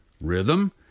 Rhythm